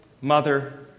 Mother